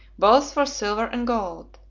both for silver and gold,